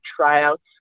tryouts